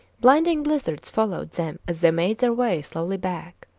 blinding blizzards followed them as they made their way slowly back.